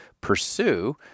pursue